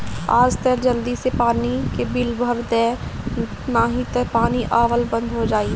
आज तअ जल्दी से पानी के बिल भर दअ नाही तअ पानी आवल बंद हो जाई